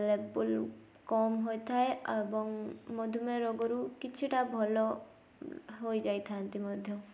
ଲେବୁଲ୍ କମ୍ ହୋଇଥାଏ ଏବଂ ମଧୁମେୟ ରୋଗରୁ କିଛିଟା ଭଲ ହୋଇଯାଇଥାନ୍ତି ମଧ୍ୟ